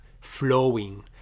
flowing